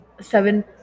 seven